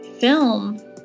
Film